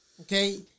Okay